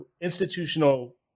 institutional